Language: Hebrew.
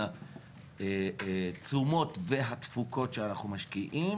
בין התשומות והתפוקות שאנחנו משקיעים,